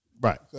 right